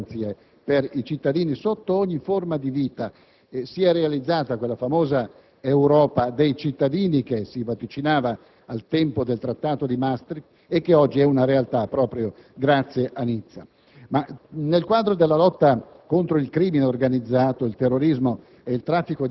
grazie anche al Trattato di Nizza e alla Costituzione, offre grandi e nuove garanzie per i cittadini sotto ogni forma di vita. Si è realizzata la famosa Europa dei cittadini che si vaticinava al tempo del Trattato di Maastricht e che oggi è una realtà proprio grazie a Nizza.